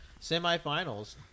semifinals